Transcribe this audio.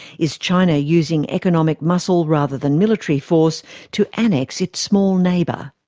is china using economic muscle rather than military force to annex its small neighbour?